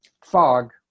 fog